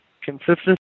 consistency